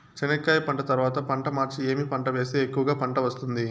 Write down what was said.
చెనక్కాయ పంట తర్వాత పంట మార్చి ఏమి పంట వేస్తే ఎక్కువగా పంట వస్తుంది?